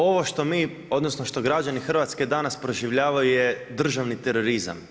Ovo što mi, odnosno što građani Hrvatske danas proživljavaju je državni terorizam.